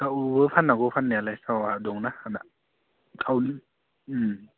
थावबो फाननांगौ फाननायालाय थावा दंना आंना थाव